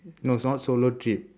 no it's not solo trip